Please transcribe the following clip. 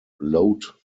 load